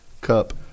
Cup